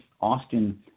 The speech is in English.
Austin